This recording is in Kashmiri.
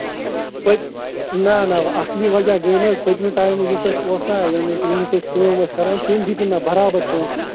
تُہۍ نہَ نہَ اَصلی وَجہ گٔے نا حظ پٔتۍمہِ ٹایمہٕ یُس اَسہِ اوس نا یعنی کہِ یٔمِس أسۍ کٲم ٲسۍ کَران تٔمۍ دِتۍ نہٕ مےٚ برابر پۅنٛسہٕ